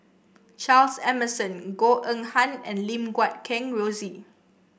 Charles Emmerson Goh Eng Han and Lim Guat Kheng Rosie